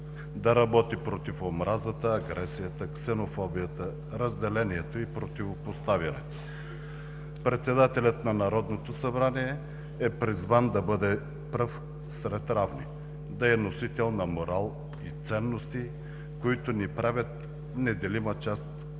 да работи против омразата, агресията, ксенофобията, разделението и противопоставянето. Председателят на Народното събрание е призван да бъде пръв сред равни, да е носител на морал и ценности, които ни правят неделима част от